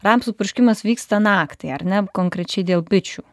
rapsų purškimas vyksta naktį ar ne konkrečiai dėl bičių